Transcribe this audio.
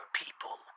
people